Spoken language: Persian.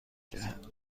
دهد